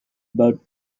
about